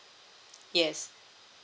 yes